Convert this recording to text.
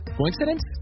Coincidence